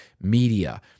media